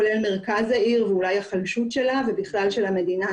כולל מרכז העיר ואולי היחלשות שלה ובכלל של המדינה.